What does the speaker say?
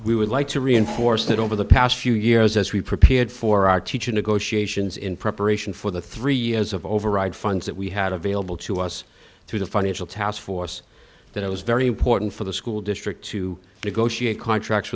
we would like to reinforce that over the past few years as we prepared for our teacher negotiations in preparation for the three years of override funds that we had available to us through the financial taskforce that it was very important for the school district to negotiate contracts